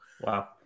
Wow